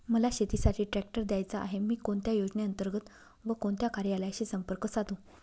मला शेतीसाठी ट्रॅक्टर घ्यायचा आहे, मी कोणत्या योजने अंतर्गत व कोणत्या कार्यालयाशी संपर्क साधू?